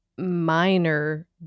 minor